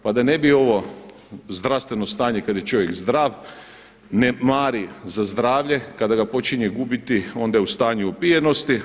Pa da ne bi ovo zdravstveno stanje kada je čovjek zdrav, ne mari za zdravlje, kada ga počinje gubiti onda je u stanju opijenosti.